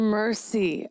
mercy